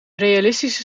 realistische